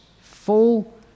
full